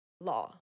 law